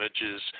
images